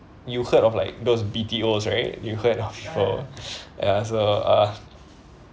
you heard of like those B_T_Os right you heard of so ya so uh